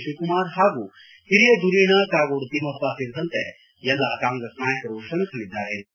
ಶಿವಕುಮಾರ್ ಪಾಗೂ ಹಿರಿಯ ದುರೀಣ ಕಾಗೋಡು ತಿಮ್ಮಪ್ಪ ಸೇರಿದಂತೆ ಎಲ್ಲಾ ಕಾಂಗ್ರೆಸ್ ನಾಯಕರು ಶ್ರಮಿಸಲಿದ್ದಾರೆ ಎಂದರು